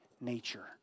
nature